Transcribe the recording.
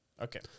Okay